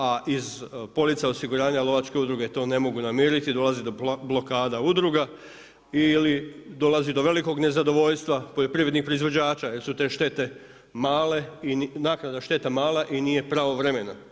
A iz polica osiguranja lovačke udruge to ne mogu namiriti, dolazi do blokada udruga ili dolazi do velikog nezadovoljstva poljoprivrednih proizvođača jer su te štete male, naknada šteta mala i nije pravovremena.